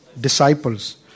disciples